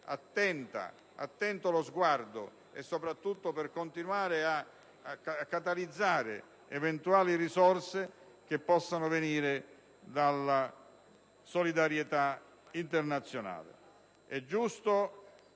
mantenere vigile lo sguardo, soprattutto per continuare a catalizzare eventuali risorse che possono venire dalla solidarietà internazionale. È giusto